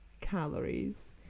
calories